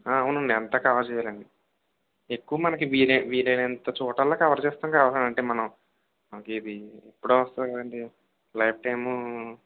అవునండి అంతా కవర్ చేయాలండి ఎక్కువ మనకి వీలు వీలైనంతా చోటల్లా కవర్ చేస్తం కావాలండి అంటే మనం మనకిది ఎప్పుడో వస్తుంది కదండి లైఫ్ టైమూ